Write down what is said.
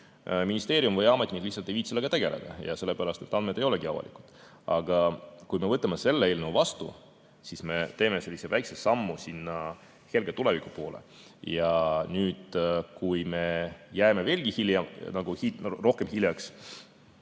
ministeerium või ametnik ei viitsi sellega tegeleda ja sellepärast andmed ei olegi avalikud. Aga kui me võtame selle eelnõu vastu, siis me teeme sellise väikese sammu helge tuleviku poole. Kui me jääme veelgi rohkem hiljaks,